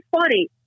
funny